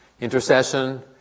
Intercession